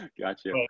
Gotcha